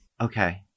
Okay